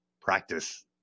practice